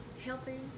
helping